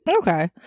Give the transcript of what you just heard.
Okay